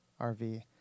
RV